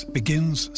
begins